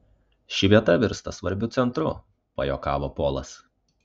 ši vieta virsta svarbiu centru pajuokavo polas